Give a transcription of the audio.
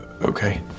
Okay